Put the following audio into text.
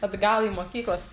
atgal į mokyklas